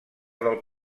del